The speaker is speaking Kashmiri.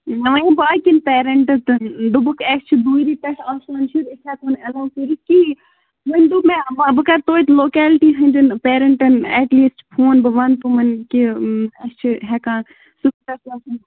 نہ وۄنۍ باقین پیرنٹو دوٚپُکھ اسہِ چھِ دوٗرِ پٮ۪ٹھ آسان شُرۍ أسۍ ہیٚکو نہٕ ایٚلو کٔرِتھ کِہیٖنۍ وۄنۍ دوٚپ مےٚ بہٕ کرٕ توتہِ لوکیلٹی ہنٛدِن پیرنٛٹَن اکہِ لٹِہ فون بہٕ ونہٕ تِمَن کہِ اسۍ چھِ ہیٚکان